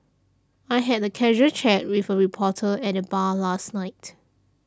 I had a casual chat with a reporter at the bar last night